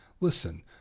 listen